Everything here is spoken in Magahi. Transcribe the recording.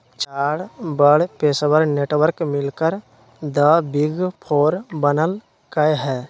चार बड़ पेशेवर नेटवर्क मिलकर द बिग फोर बनल कई ह